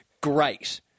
great